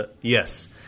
Yes